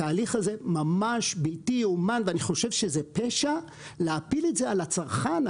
התהליך הזה ממש בלתי יאומן ואני חושב שזה פשע להפיל את זה על הצרכן,